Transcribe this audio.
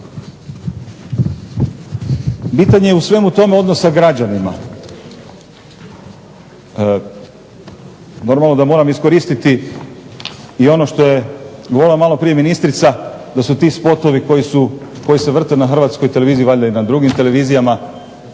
Bitan je u svemu tome odnos sa građanima. Normalno da moram iskoristiti i ono što je malo prije govorila ministrica da su ti spotovi koji se vrte na HTV-u i valjda na drugim televizijama